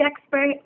expert